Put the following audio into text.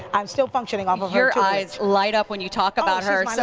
i'm still functioning um ah your eyes light up when you talk about her.